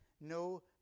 no